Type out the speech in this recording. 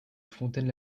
fontaine